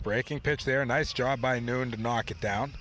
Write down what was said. breaking pitch there nice job by noon to knock it down